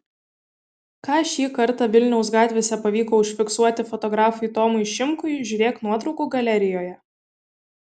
ką šį kartą vilniaus gatvėse pavyko užfiksuoti fotografui tomui šimkui žiūrėk nuotraukų galerijoje